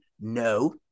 No